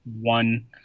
one